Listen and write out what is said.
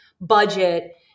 budget